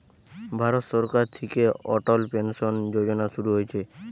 ভারত সরকার থিকে অটল পেনসন যোজনা শুরু হইছে